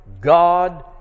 God